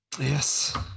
Yes